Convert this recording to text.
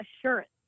assurance